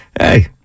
hey